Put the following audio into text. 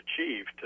achieved